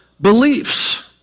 Beliefs